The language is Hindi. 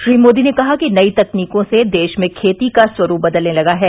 श्री मोदी ने कहा कि नई तकनीकों से देश में खेती का स्वरूप बदलने लगा है